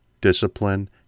discipline